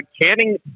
canning